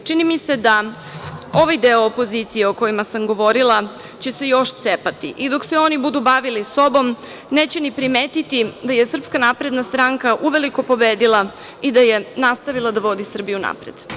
Čini mi se da ovaj deo opozicije o kojima sam govorila će se još cepati i dok se oni budu bavili sobom neće ni primetiti da je SNS uveliko pobedila i da je nastavila da vodi Srbiju napred.